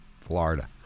Florida